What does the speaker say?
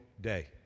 day